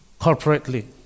corporately